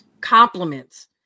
compliments